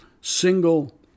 single